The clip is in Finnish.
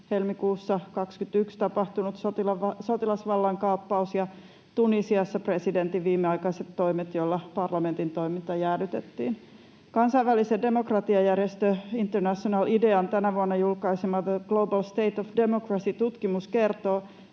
helmikuussa 21 tapahtunut sotilasvallankaappaus ja Tunisiassa presidentin viimeaikaiset toimet, joilla parlamentin toiminta jäädytettiin. Kansainvälinen demokratiajärjestö International IDEAn tänä vuonna julkaisema The Global State of Democracy -tutkimus kertoo,